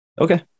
Okay